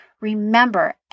remember